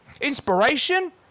Inspiration